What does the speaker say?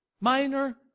minor